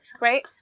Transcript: right